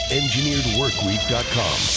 engineeredworkweek.com